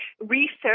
research